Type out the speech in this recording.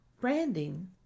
branding